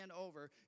over